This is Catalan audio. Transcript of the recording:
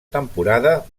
temporada